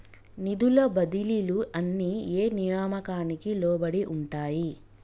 నిధుల బదిలీలు అన్ని ఏ నియామకానికి లోబడి ఉంటాయి?